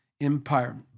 Empire